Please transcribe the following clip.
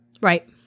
right